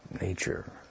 nature